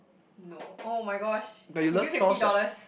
no oh-my-gosh you give me fifty dollars